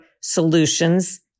solutions